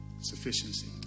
sufficiency